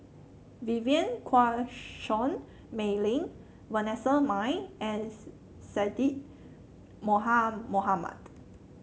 Vivien Quahe Seah Mei Lin Vanessa Mae and Syed Moha Mohamed